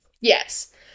Yes